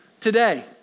today